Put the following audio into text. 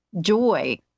joy